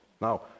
Now